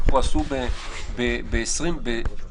אמרתי את זה גם במקומות אחרים ואמרתי,